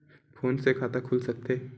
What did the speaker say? Phone से खाता खुल सकथे?